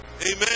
Amen